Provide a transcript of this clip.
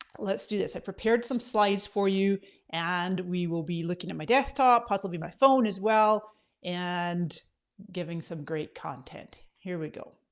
let's do this. i prepared some slides for you and we will be looking at my desktop possibly my phone as well and giving some great content. here we go,